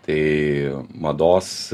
tai mados